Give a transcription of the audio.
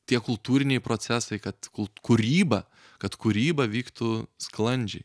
tie kultūriniai procesai kad kūryba kad kūryba vyktų sklandžiai